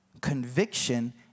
Conviction